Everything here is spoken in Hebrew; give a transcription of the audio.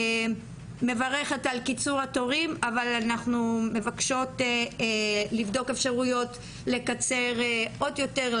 מברכת על קיצור התורים אבל אנחנו מבקשות לבדוק אפשרויות לקצר עוד יותר,